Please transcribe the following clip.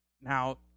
Now